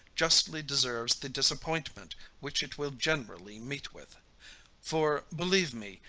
justly deserves the disappointment which it will generally meet with for, believe me,